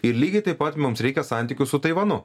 ir lygiai taip pat mums reikia santykių su taivanu